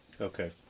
okay